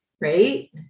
right